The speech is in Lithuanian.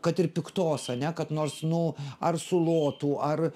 kad ir piktos ane kad nors nu ar sulotų ar